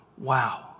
Wow